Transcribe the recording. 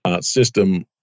system